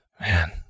man